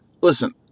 listen